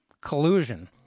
collusion